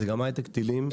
וזה גם היי-טק טילים.